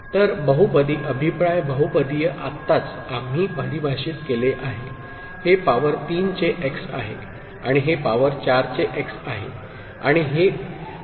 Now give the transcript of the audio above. तर बहुपदी अभिप्राय बहुपदीय आत्ताच आम्ही परिभाषित केले आहे हे पावर 3 चे x आहे आणि हे पॉवर 4 चे x आहे आणि हे आणि हे इनपुट 1 आहे